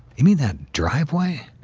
you mean that driveway?